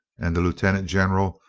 and the lieutenant general,